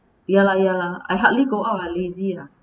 ya lah ya lah I hardly go out ah lazy ah